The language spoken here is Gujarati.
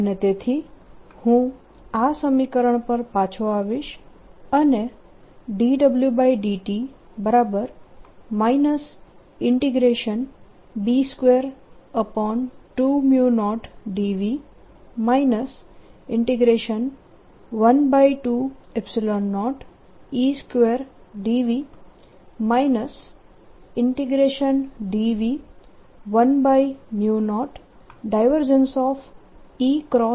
અને તેથી હું આ સમીકરણ પર પાછો આવીશ અને dWdt B220dV 120E2dV dV 10